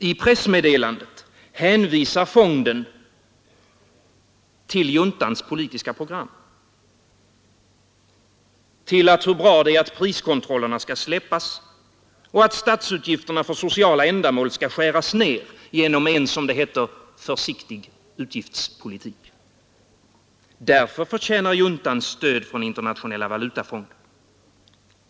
I pressmeddelandet hänvisar fonden till juntans politiska program, till hur bra det är att priskontrollerna skall släppas och att statsutgifterna för sociala ändamål skall skäras ner genom en, som det heter, ”försiktig utgiftspolitik”. Därför förtjänar juntan stöd från Internationella valutafonden.